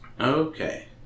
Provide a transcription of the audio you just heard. Okay